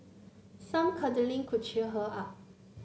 some cuddling could cheer her up